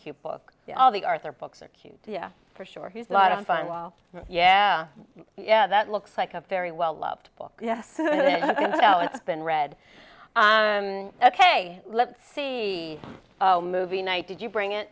cute book all the arthur books are cute yeah for sure he's a lot of fun well yeah yeah that looks like a very well loved book yes been read an essay let's see movie night did you bring it